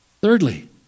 Thirdly